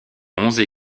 onze